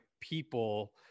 people